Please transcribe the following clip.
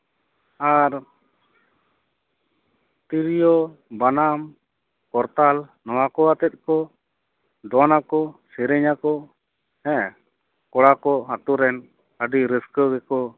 ᱟᱨ ᱛᱨᱤᱭᱳ ᱵᱟᱱᱟᱢ ᱠᱚᱨᱛᱟᱞ ᱱᱚᱣᱟᱠᱚ ᱟᱛᱮᱠᱚ ᱫᱚᱱᱟᱠᱚ ᱥᱮᱨᱮᱧᱟᱠᱚ ᱦᱮᱸ ᱠᱚᱲᱟᱠᱚ ᱟᱹᱛᱩᱨ ᱮᱱ ᱟᱹᱰᱤ ᱨᱟᱹᱥᱠᱟᱹᱜᱮᱠᱚ